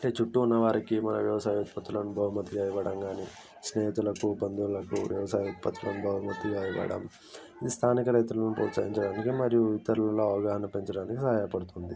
అంటే చుట్టూ ఉన్న వారికి మన వ్యవసాయ ఉత్పత్తులను బహుమతిగా ఇవ్వడం కానీ స్నేహితులకు బంధువులకు వ్యవసాయ ఉత్పత్తులను బహుమతిగా ఇవ్వడం స్థానిక రైతులను ప్రోత్సహించదానికి మరియు ఇతరులలో అవగాహన పెంచడానికి సహాయపడుతుంది